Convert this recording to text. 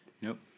Nope